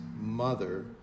mother